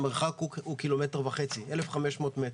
והמרחק הוא 1,500 מטר.